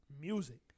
music